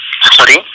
Sorry